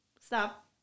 stop